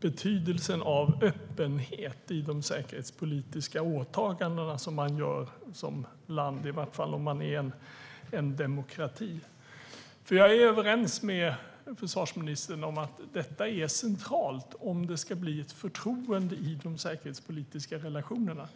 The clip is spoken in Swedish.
betydelsen av öppenhet i de säkerhetspolitiska åtaganden som man gör som land, i vart fall om landet är en demokrati. Jag är överens med försvarsministern om att det är centralt om det ska finnas ett förtroende i de säkerhetspolitiska relationerna.